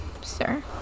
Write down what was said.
sir